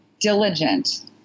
diligent